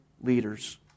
leaders